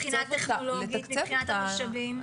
מבחינה טכנולוגית ומבחינת התושבים?